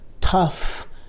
tough